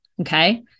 okay